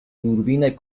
دوربین